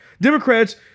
Democrats